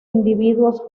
individuos